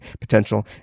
potential